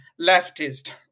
leftist